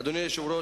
אדוני היושב-ראש,